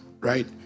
right